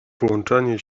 włączanie